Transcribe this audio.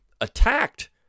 attacked